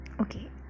Okay